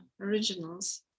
originals